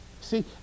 See